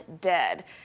dead